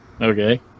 Okay